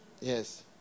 yes